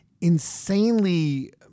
insanely